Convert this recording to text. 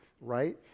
right